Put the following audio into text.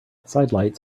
sidelights